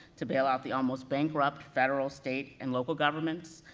to bail out the almost bankrupt federal state and local governments,